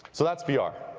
so that's vr.